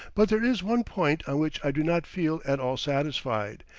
but there is one point on which i do not feel at all satisfied,